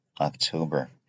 October